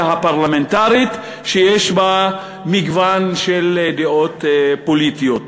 הפרלמנטרית שיש בה מגוון של דעות פוליטיות.